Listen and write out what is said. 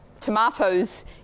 tomatoes